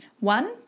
one